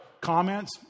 comments